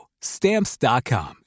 Stamps.com